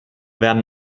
werden